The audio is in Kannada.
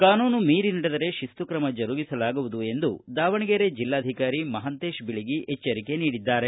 ಕಾನೂನು ಮೀರಿ ನಡೆದರೆ ಶಿಸ್ತು ತ್ರಮ ಜರುಗಿಸಲಾಗುವುದು ಎಂದು ದಾವಣಗೆರೆ ಜಿಲ್ಲಾಧಿಕಾರಿ ಮಹಾಂತೇತ ಬೀಳಗಿ ಎಚ್ಚರಿಕೆ ನೀಡಿದ್ದಾರೆ